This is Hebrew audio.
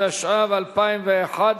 התשע"ב 2011,